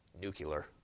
nuclear